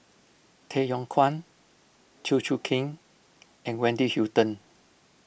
Tay Yong Kwang Chew Choo Keng and Wendy Hutton